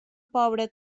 pobra